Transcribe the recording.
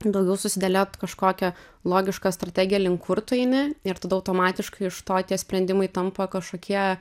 daugiau susidėliot kažkokią logišką strategiją link kur tu eini ir tada automatiškai iš to tie sprendimai tampa kažkokie